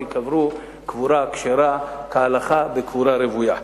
שייקברו קבורה כשרה כהלכה בקבורה רוויה.